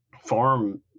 farm